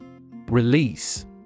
Release